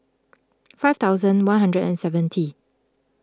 five thousand one hundred and seventy